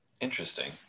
Interesting